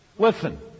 Listen